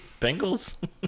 Bengals